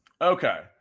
Okay